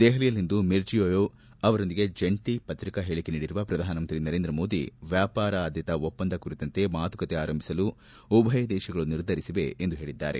ದೆಹಲಿಯಲ್ಲಿಂದು ಮಿರ್ಜಿಯೋವೆವ್ ಅವರೊಂದಿಗೆ ಜಂಟಿ ಪತ್ರಿಕಾ ಹೇಳಕೆ ನೀಡಿರುವ ಪ್ರಧಾನಮಂತ್ರಿ ನರೇಂದ್ರ ಮೋದಿ ವ್ಯಾಪಾರ ಆದ್ಲತಾ ಒಪ್ಪಂದ ಕುರಿತಂತೆ ಮಾತುಕತೆ ಆರಂಭಿಸಲು ಉಭಯ ದೇಶಗಳು ನಿರ್ಧರಿಸಿವೆ ಎಂದು ಹೇಳಿದ್ದಾರೆ